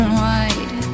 wide